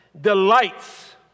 Delights